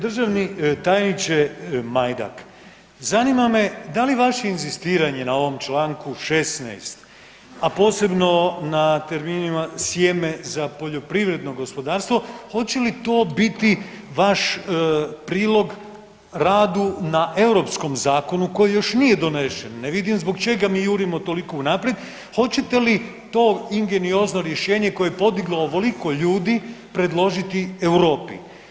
Državni tajniče Majdak, zanima me da li vaše inzistiranje na ovom čl. 16. a posebno na terminima „sjeme za poljoprivredno gospodarstvo“, hoće li to biti vaš prilog radu na europskom zakonu koji još nije donesen, ne vidim zbog čega mi jurimo toliko u naprijed, hoćete li to ingeniozno rješenje koje je podiglo ovoliko ljudi, predložiti Europi?